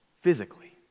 physically